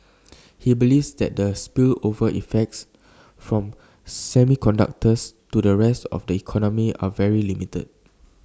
he believes that the spillover effects from semiconductors to the rest of the economy are very limited